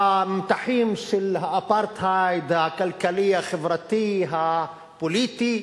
המתחים של האפרטהייד, הכלכלי, החברתי, הפוליטי.